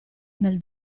nel